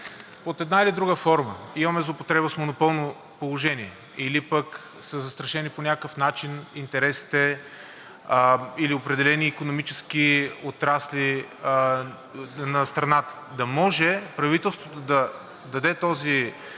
под една или друга форма имаме злоупотреба с монополно положение или пък са застрашени по някакъв начин интересите или определени икономически отрасли на страната, да може правителството да назначи този